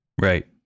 Right